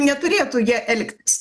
neturėtų jie elgtis